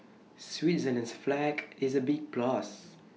Switzerland's flag is A big plus